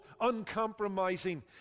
uncompromising